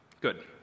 good